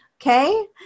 okay